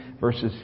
verses